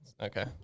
Okay